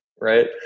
right